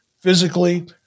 physically